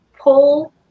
pull